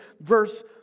verse